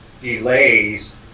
delays